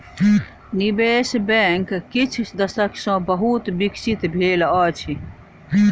निवेश बैंक किछ दशक सॅ बहुत विकसित भेल अछि